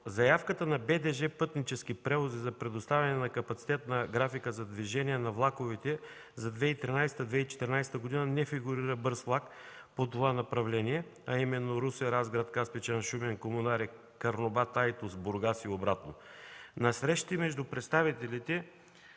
заявката на БДЖ „Пътнически превози” за предоставяне на капацитетна графика за движение на влаковете за 2013-2014 г. не фигурира бърз влак по това направление, а именно Русе-Разград-Каспичан-Шумен-Комунари-Карнобат-Айтос-Бургас и обратно. На срещи между представителите